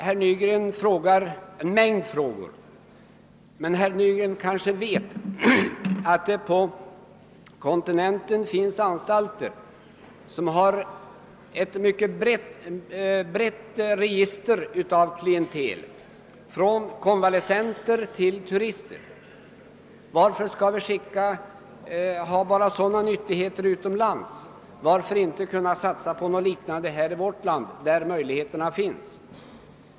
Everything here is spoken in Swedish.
Herr Nygren kommer med en mängd gissningar, men han kanske vet att det på kontinenten finns anstalter som har ett mycket brett register när det gäller klientelet, från konvalescenter till turister. Varför skall sådant bara förekomma utomlands, varför kan vi inte satsa på något liknande här i vårt land, där möjligheterna finns?